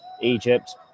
Egypt